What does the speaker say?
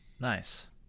Nice